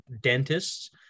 dentists